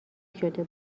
شده